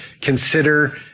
consider